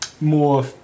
more